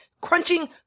crunching